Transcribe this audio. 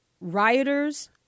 rioters